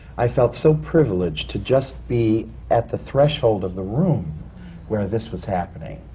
i felt so privileged to just be at the threshold of the room where this was happening.